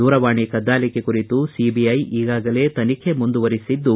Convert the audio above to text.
ದೂರವಾಣಿ ಕೆದ್ದಾಲಿಕೆ ಕುರಿತು ಸಿಬಿಐ ಕುಗಾಗಲೇ ತನಿಖೆ ಮುಂದುವರಿಸಿದ್ದು